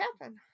happen